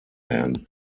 werden